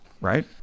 Right